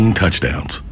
touchdowns